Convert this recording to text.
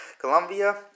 Colombia